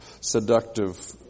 seductive